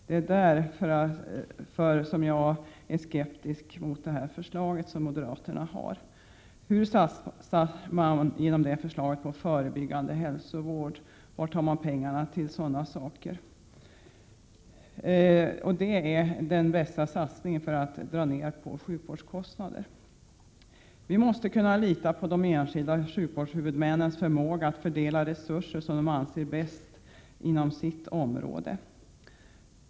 Det är därför jag är skeptisk mot moderaternas förslag. Hur satsar man inom det förslaget på förebyggande hälsovård, var tar man pengar till sådana saker? Det är den bästa satsningen för att dra ner på sjukvårdskostnader. Vi måste kunna lita på de enskilda sjukvårdshuvudmännens förmåga att fördela resurser på det sätt som de anser bäst inom sitt område.